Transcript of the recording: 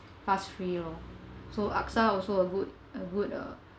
fast free loh so AXA also a good a good uh